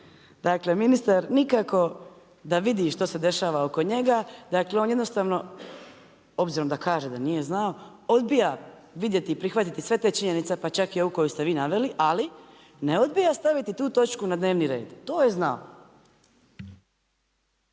Dakle ministar nikako da vidi što se dešava oko njega, dakle on jednostavno, obzirom da kaže da nije znao, odbija vidjeti i prihvatiti sve te činjenice pa čak i ovu koju ste vi naveli, ali ne odbija staviti tu točku na dnevni red, to je znao.